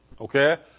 okay